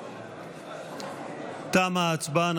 תמה ההצבעה.